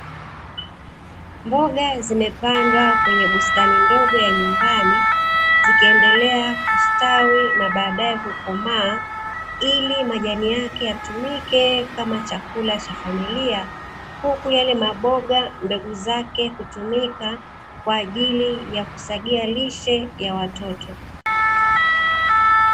Mboga zimepandwa kwenye bustani ndogo ya nyumbani, zikiendelea kustawi na baadaye kukomaa ili majani yake yatumike kama chakula cha familia, huku yale maboga mbegu zake hutumika kwa ajili ya kusagia lishe ya watoto.